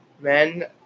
men